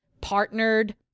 partnered